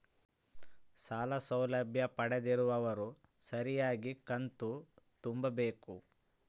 ಸಾಲ ಸೌಲಭ್ಯ ಪಡೆದಿರುವವರು ಸರಿಯಾಗಿ ಕಂತು ತುಂಬಬೇಕು?